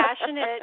passionate